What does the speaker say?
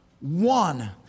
one